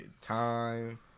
time